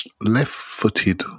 left-footed